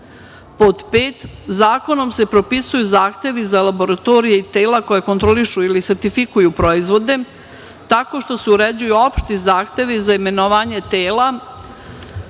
5. - Zakonom se propisuju zahtevi za laboratorije i tela koje kontrolišu ili sertifikuju proizvode, tako što se uređuju opšti zahtevi za imenovanje tela